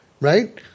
Right